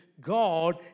God